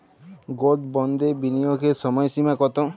Gold বন্ডে বিনিয়োগের সময়সীমা কতো?